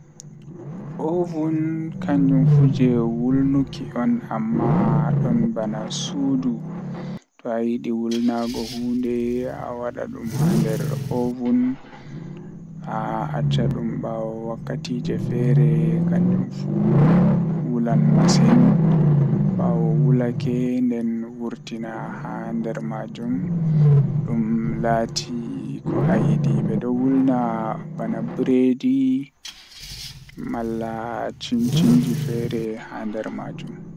Fajjira tomi fini haa leso am mi ummi mi lalliti hunduko am mi yiiwi mi wari mi hasiti to mi hasiti mi dilla babal kuugan tomi warti be kikide mi yiiwa tomi yiwi mi waala mi siwto.